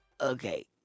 Okay